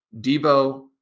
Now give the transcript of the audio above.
Debo